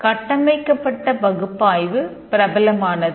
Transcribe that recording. கட்டமைக்கப்பட்ட பகுப்பாய்வு பிரபலமானது